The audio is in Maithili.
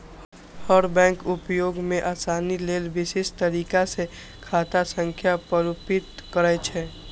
हर बैंक उपयोग मे आसानी लेल विशिष्ट तरीका सं खाता संख्या प्रारूपित करै छै